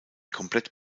komplett